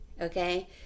Okay